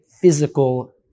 physical